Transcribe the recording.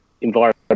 environment